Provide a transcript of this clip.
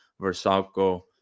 Versalco